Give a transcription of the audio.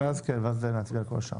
כן ואז נצביע על כל השאר.